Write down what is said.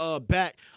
back